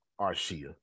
arshia